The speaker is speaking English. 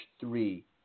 three